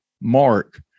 mark